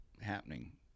happening